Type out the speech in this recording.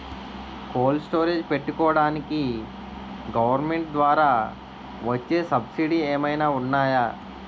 Cold storage పెట్టుకోడానికి government ద్వారా వచ్చే సబ్సిడీ ఏమైనా ఉన్నాయా?